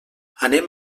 anem